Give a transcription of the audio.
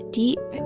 deep